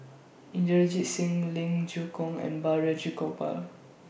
Inderjit Singh Ling Geok Choon and Balraj Gopal